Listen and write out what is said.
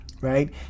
right